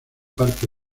parque